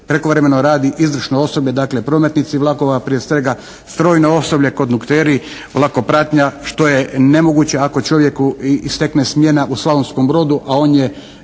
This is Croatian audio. prekovremeno radi izvršno osoblje, dakle prometnici vlakova, prije svega strojno osoblje, kondukteri, vlakopratnja što je nemoguće ako čovjeku istekne smjena u Slavonskom Brodu, a on je